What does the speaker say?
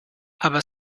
aber